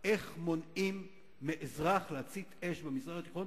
איך מונעים מאזרח להצית אש במזרח התיכון,